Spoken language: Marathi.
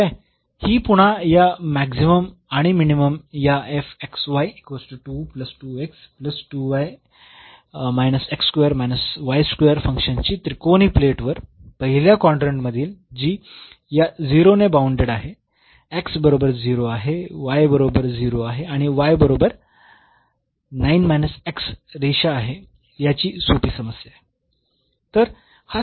ठीक आहे ही पुन्हा या मॅक्सिमम आणि मिनिममची या फंक्शनची त्रिकोणी प्लेट वर पहिल्या क्वाड्रन्ट मधील जी या 0 ने बाऊंडेड आहे बरोबर 0 आहे बरोबर 0 आहे आणि बरोबर रेषा आहे याची सोपी समस्या आहे